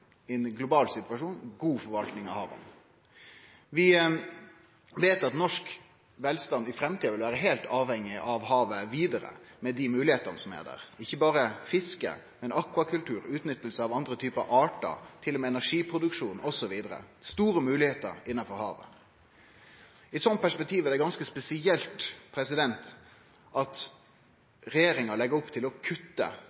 global situasjon, god forvalting av havet. Vi veit at norsk velstand i framtida vil vere heilt avhengig av havet, med dei moglegheitene som er der, ikkje berre fiske, men akvakultur og utnytting av andre typar artar, til og med energiproduksjon, osv. Det er store moglegheiter i havet. I eit sånt perspektiv er det ganske spesielt